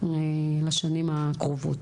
לשנים הקרובות.